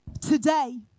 Today